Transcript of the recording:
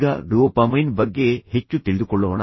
ಈಗ ಡೋಪಮೈನ್ ಬಗ್ಗೆ ಹೆಚ್ಚು ತಿಳಿದುಕೊಳ್ಳೋಣ